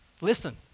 listen